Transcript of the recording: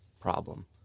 problem